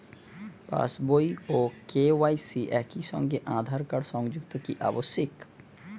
পাশ বই ও কে.ওয়াই.সি একই সঙ্গে আঁধার কার্ড সংযুক্ত কি আবশিক?